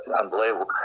unbelievable